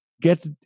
get